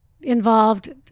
involved